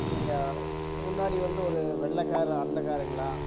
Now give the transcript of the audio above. நீங்கள் முன்னாடி வந்து ஒரு வெள்ளை காரு அந்த காருங்களா